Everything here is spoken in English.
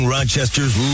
Rochester's